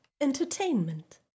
entertainment